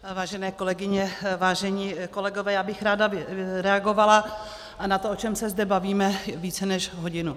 Vážené kolegyně, vážení kolegové, já bych ráda reagovala na to, o čem se zde bavíme více než hodinu.